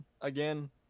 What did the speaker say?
again